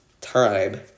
time